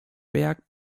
berg